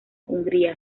hungría